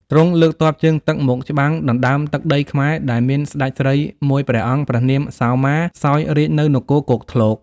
ទ្រង់លើកទ័ពជើងទឹកមកច្បាំងដណ្ដើមទឹកដីខ្មែរដែលមានស្ដេចស្រីមួយព្រះអង្គព្រះនាម សោមា សោយរាជ្យនៅនគរគោកធ្លក។